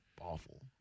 awful